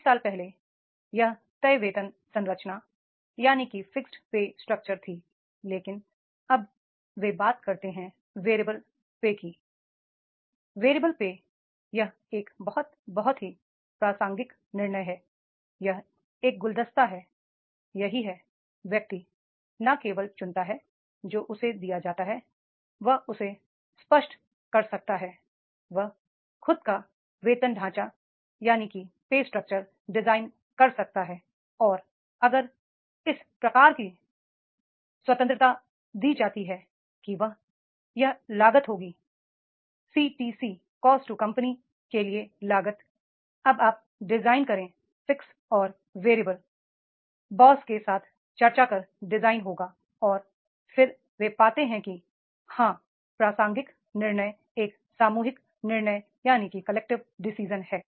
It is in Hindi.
30 साल पहले यह तय वेतन संरचना थी लेकिन अब वे बात करते हैं वेरिएबल पे वैरिएबल पे यह एक बहुत बहुत ही प्रासंगिक निर्णय है यह एक गुलदस्ता है यही है व्यक्ति न केवल चुनता है जो उसे दिया जाता है वह उसे स्पष्ट कर सकता है वह खुद का वेतन ढांचा डिजाइन कर सकता है और अगर इस प्रकार की स्वतंत्रता दी जाती है कि यह लागत होगी सीटीसी कंपनी के लिए लागत अब आप डिजाइन करें फिक्स और वैरिएबल बॉस और वरिष्ठ के साथ चर्चा कर डिजाइन होगा और फिर वे पाते हैं कि हाँ प्रासंगिक निर्णय एक सामूहिक निर्णय है